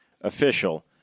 official